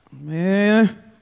man